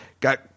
got